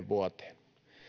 vuoteen